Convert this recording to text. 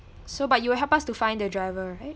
so but you will help us to find the driver right